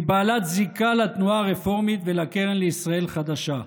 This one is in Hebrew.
היא בעלת זיקה לתנועה הרפורמית ולקרן לישראל חדשה.